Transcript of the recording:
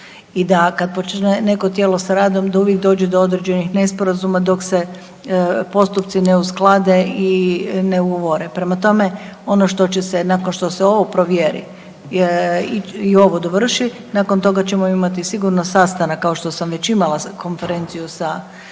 i da kad počinje neko tijelo sa radom da uvijek dođe do određenih nesporazuma dok se postupci ne usklade i ne .../Govornik se ne razumije./... prema tome, ono što će se, nakon što se ovo provjeri, i ovo dovrši, nakon toga ćemo imati sigurno sastanak, kao što sam već imali sa, konferenciju sa